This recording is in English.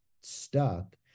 stuck